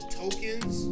tokens